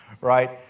Right